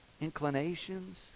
inclinations